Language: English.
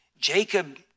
Jacob